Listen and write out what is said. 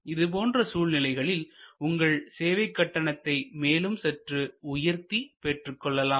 இது போன்ற சூழ்நிலைகளில் உங்கள் சேவை கட்டணத்தை மேலும் சற்று உயர்த்தி பெற்றுக்கொள்ளலாம்